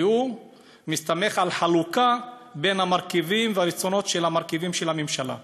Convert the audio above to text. והוא מסתמך על חלוקה בין המרכיבים והרצונות של המרכיבים של הממשלה.